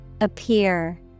Appear